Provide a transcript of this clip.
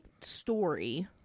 story